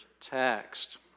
text